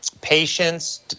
Patience